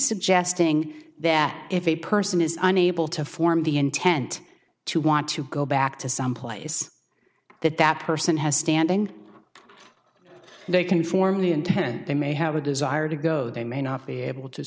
suggesting that if a person is unable to form the intent to want to go back to someplace that that person has standing they can form the intent they may have a desire to go they may not be able to